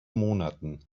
monaten